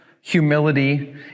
humility